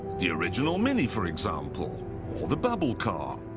the original mini, for example, or the bubble car.